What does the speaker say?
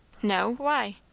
no. why?